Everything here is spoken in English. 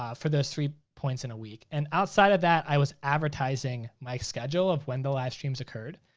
um for those three points in a week. and outside of that, i was advertising my schedule of when the live streams occurred.